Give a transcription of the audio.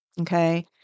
Okay